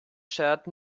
shirt